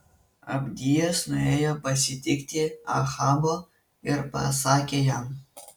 abdijas nuėjo pasitikti ahabo ir pasakė jam